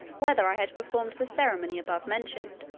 whether i had performed the ceremony above mentioned?